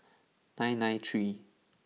nine nine three